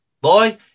boy